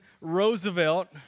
Roosevelt